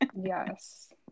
Yes